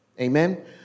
Amen